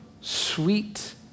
sweet